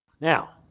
Now